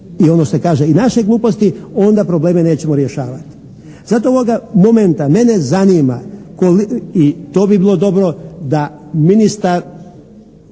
i ono što se kaže i naše gluposti onda probleme nećemo rješavati. Zato ovoga momenta mene zanima i to bi bilo dobro da ministar